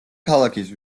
ქალაქის